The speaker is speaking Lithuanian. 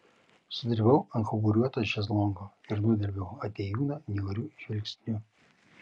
sudribau ant kauburiuoto šezlongo ir nudelbiau atėjūną niauriu žvilgsniu